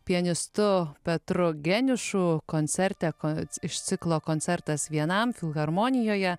pianistu petru geniušu koncerte kon iš ciklo koncertas vienam filharmonijoje